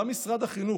גם משרד החינוך,